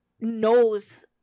knows